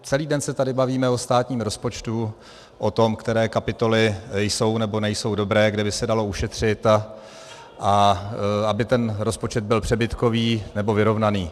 Celý den se tady bavíme o státním rozpočtu, o tom, které kapitoly jsou nebo nejsou dobré, kde by se dalo ušetřit, a aby ten rozpočet byl přebytkový nebo vyrovnaný.